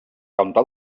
cantar